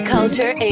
Culture